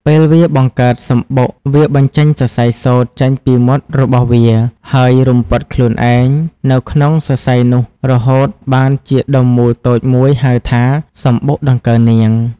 ពេលវាបង្កើតសំបុកវាបញ្ចេញសរសៃសូត្រចេញពីមាត់របស់វា ហើយរុំព័ទ្ធខ្លួនឯងនៅក្នុងសរសៃនោះរហូតបានជាដុំមូលតូចមួយហៅថា សំបុកដង្កូវនាង។